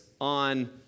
on